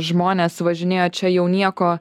žmonės važinėjo čia jau nieko